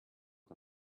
the